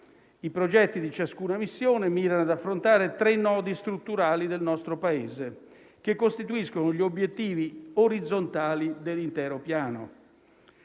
I progetti di ciascuna missione mirano ad affrontare tre nodi strutturali del nostro Paese, che costituiscono gli obiettivi orizzontali dell'intero Piano.